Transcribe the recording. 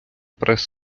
прес